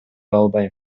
албайм